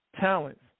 talents